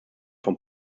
von